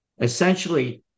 essentially